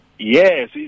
Yes